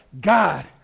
God